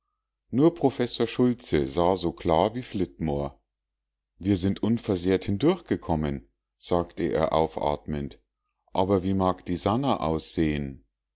nur professor schultze sah so klar wie flitmore wir sind unversehrt hindurchgekommen sagte er aufatmend aber wie mag die sannah aussehen